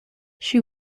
she